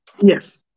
yes